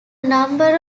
number